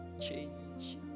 change